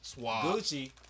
Gucci